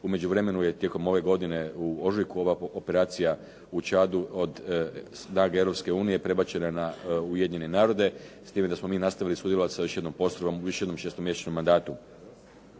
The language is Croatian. U međuvremenu je tijekom ove godine u ožujku ova operacija u Čadu od snage Europske unije prebačena na Ujedinjene narode s time da smo mi nastavili sudjelovali sa još jednom postrojbom u još jednom šestomjesečnom mandatu.